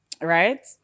right